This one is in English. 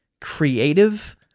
creative